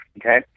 okay